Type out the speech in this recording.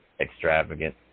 extravagant